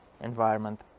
environment